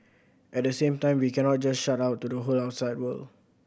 at the same time we cannot just shut out the whole outside world